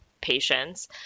patients